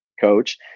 coach